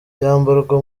yambarwa